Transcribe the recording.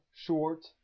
short